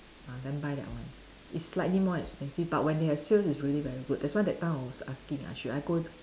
ah then buy that one it's slightly more expensive but when they have sales it's really very good that's why that time I was asking I should I go